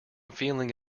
feeling